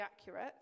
accurate